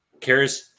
Karis